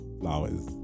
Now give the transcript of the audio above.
flowers